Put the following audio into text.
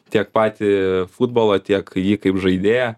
tiek patį futbolą tiek jį kaip žaidėją